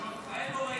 אני שואל אותך,